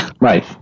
Right